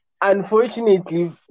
unfortunately